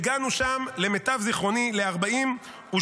והגענו שם למיטב זכרוני ל-42%